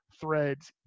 threads